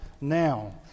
now